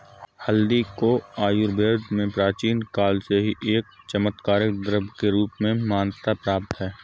हल्दी को आयुर्वेद में प्राचीन काल से ही एक चमत्कारिक द्रव्य के रूप में मान्यता प्राप्त है